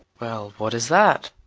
well, what is that?